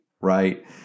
Right